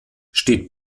steht